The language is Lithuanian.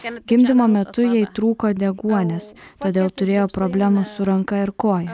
gimdymo metu jai trūko deguonies todėl turėjo problemų su ranka ir koja